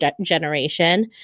generation